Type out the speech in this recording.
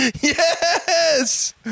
Yes